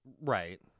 Right